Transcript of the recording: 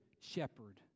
shepherd